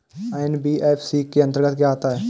NBFC के अंतर्गत क्या आता है?